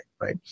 right